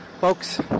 folks